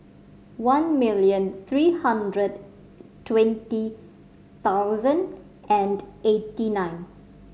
one million three hundred twenty thousand and eighty nine